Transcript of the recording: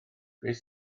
beth